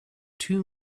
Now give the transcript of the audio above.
two